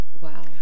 Wow